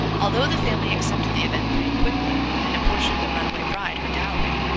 although the family accepted the event pretty quickly and apportioned the runaway bride her dowry,